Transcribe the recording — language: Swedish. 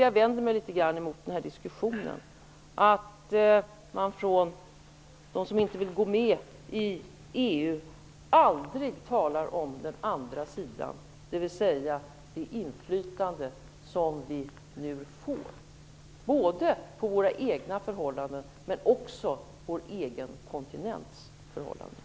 Jag vänder mig litet mot att de som inte vill gå med i EU aldrig talar om den andra sidan, dvs. det inflytande vi nu får både över våra egna förhållanden men också över förhållandena på vår egen kontinent.